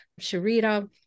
Sharita